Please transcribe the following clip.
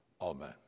amen